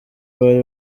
bari